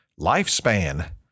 lifespan